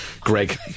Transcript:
Greg